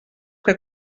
que